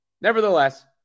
Nevertheless